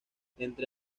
entre